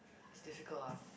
it's difficult ah